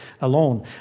alone